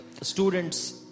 student's